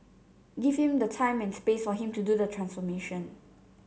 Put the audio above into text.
give him the time and space for him to do the transformation